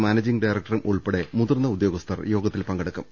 managing ഡയറക്ടറും ഉൾപ്പെടെ മുതിർന്ന ഉദ്യോഗസ്ഥർ യോഗ ത്തിൽ പങ്കെടുക്കും